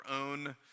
own